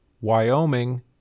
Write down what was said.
Wyoming